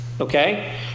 okay